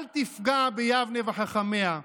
אל תפגע ביבנה וחכמיה,